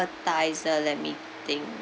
appetizer let me think